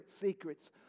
secrets